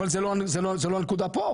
אבל זה לא הנקודה פה,